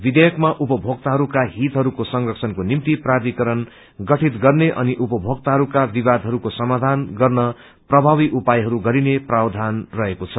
विचेयकमा उपभोक्ताहरूका हितहरूको संरक्षणको निमित प्राथिकरण गठित गर्ने अनि उपभोक्ताहरूको विवादहरूको समाधान गर्ने प्रभावी उपायहरू गरिने प्रावधान रहेको छ